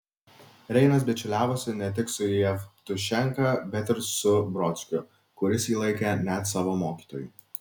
reinas bičiuliavosi ne tik su jevtušenka bet ir su brodskiu kuris jį laikė net savo mokytoju